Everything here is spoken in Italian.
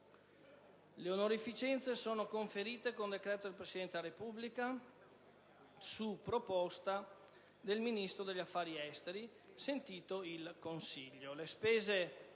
Le onorificenze sono conferite con decreto del Presidente della Repubblica su proposta del Ministro degli affari esteri, sentito il consiglio.